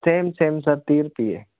same same sir ਤੀਹ ਰੁਪਈਏ